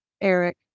Eric